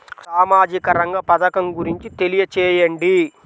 సామాజిక రంగ పథకం గురించి తెలియచేయండి?